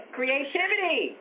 Creativity